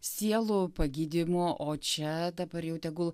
sielų pagydymu o čia dabar jau tegul